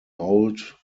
old